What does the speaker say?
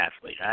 athlete